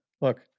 Look